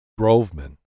Groveman